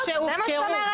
זה מה שאת אומרת?